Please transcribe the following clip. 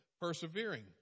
persevering